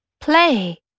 Play